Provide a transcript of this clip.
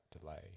delay